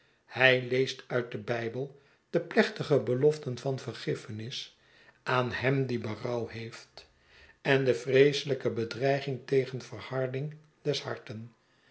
hij leest uit den bijbel de plechtige beloften van vergiffenis aan hem die berouw heeft en de vreeselijke bedreiging tegen verharding des harten